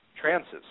trances